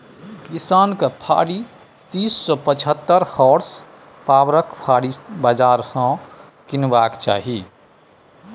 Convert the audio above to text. किसान केँ फारी तीस सँ पचहत्तर होर्सपाबरक फाड़ी बजार सँ कीनबाक चाही